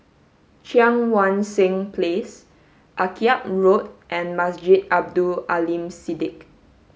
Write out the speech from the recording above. Cheang Wan Seng Place Akyab Road and Masjid Abdul Aleem Siddique